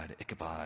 Ichabod